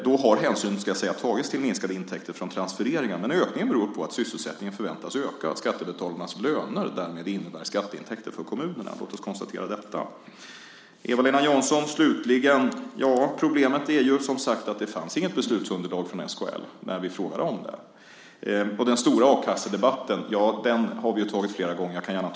Då har hänsyn tagits till minskade intäkter från transfereringar. Ökningen beror på att sysselsättningen väntas öka. Skattebetalarnas löner innebär därmed skatteintäkter för kommunerna. Slutligen vill jag till Eva-Lena Jansson säga att problemet är att det inte fanns något beslutsunderlag från SKL när vi frågade om det. Den stora a-kassedebatten har vi haft flera gånger nu.